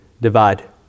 divide